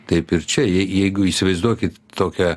taip ir čia jeigu įsivaizduokit tokią